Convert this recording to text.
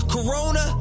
Corona